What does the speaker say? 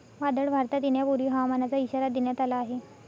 वादळ भारतात येण्यापूर्वी हवामानाचा इशारा देण्यात आला आहे